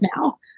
now